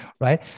right